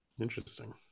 Interesting